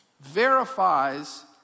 verifies